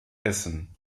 essen